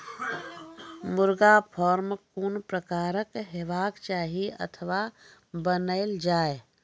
मुर्गा फार्म कून प्रकारक हेवाक चाही अथवा बनेल जाये?